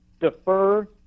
defer